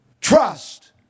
trust